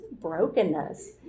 brokenness